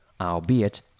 albeit